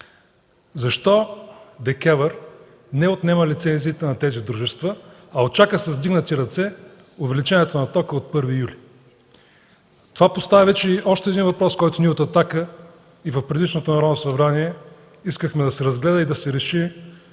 защо ДКЕВР не отнема лицензиите на тези дружества, а очаква с вдигнати ръце увеличението на тока от 1 юли? Това поставя още един въпрос, който ние от „Атака” и в предишното Народно събрание искахме да се разгледа и да се реши